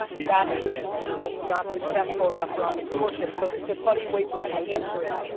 that would be deemed as not successful enough for entrepreneurship. so, it's a funny way for me to answer it.